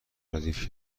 ردیف